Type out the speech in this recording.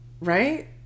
Right